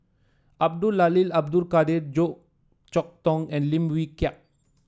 Abdul Lalil Abdul Kadir Goh Chok Tong and Lim Wee Kiak